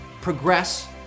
progress